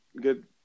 good